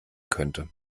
könnte